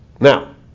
Now